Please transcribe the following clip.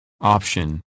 option